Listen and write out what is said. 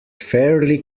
fairly